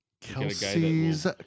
Kelsey's